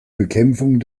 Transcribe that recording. bekämpfung